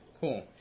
Cool